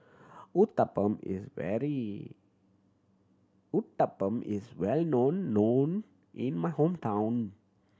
Uthapam is very Uthapam is well known known in my hometown